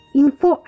info